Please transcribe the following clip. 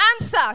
answer